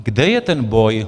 Kde je ten boj?